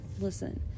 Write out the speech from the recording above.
listen